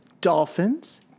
Dolphins